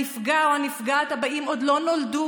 הנפגע או הנפגעת הבאים עוד לא נולדו.